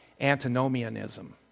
antinomianism